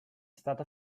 stata